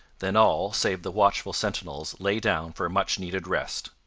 then all save the watchful sentinels lay down for a much-needed rest.